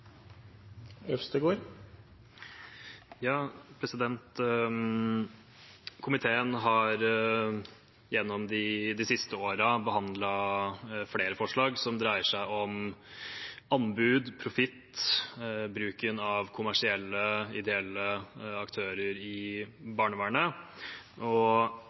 Komiteen har gjennom de siste årene behandlet flere forslag som dreier seg om anbud, profitt og bruken av kommersielle og ideelle aktører i